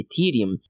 ethereum